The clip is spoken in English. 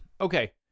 okay